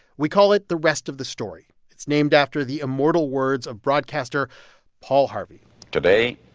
we call it the rest of the story. it's named after the immortal words of broadcaster paul harvey today,